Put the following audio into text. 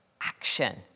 action